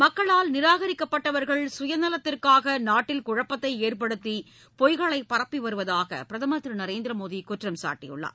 மக்களால் நிராகரிக்கப்பட்டவர்கள் சுயநலத்திற்காக நாட்டில் குழப்பத்தை ஏற்படுத்தி பொய்களை பரப்பி வருவதாக பிரதமா் திரு நரேந்திர மோடி குற்றம்சாட்டியுள்ளார்